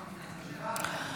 נתקבלה.